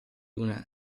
una